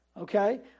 okay